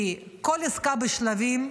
כי כל עסקה בשלבים,